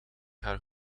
haar